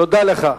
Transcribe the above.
תודה לך.